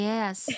Yes